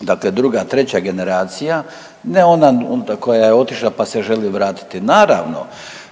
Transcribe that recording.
dakle druga treća generacija, ne ona koja je otišla pa se želi vratiti, naravno